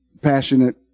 passionate